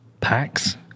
packs